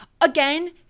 Again